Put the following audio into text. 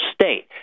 state